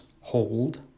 hold